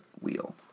wheel